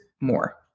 more